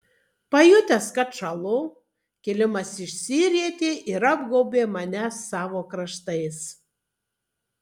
pajutęs kad šąlu kilimas išsirietė ir apgaubė mane savo kraštais